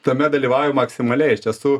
tame dalyvauju maksimaliai iš tiesų